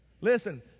Listen